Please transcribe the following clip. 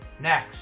next